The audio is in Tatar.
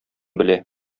белә